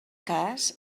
cas